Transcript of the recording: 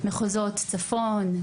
צפון,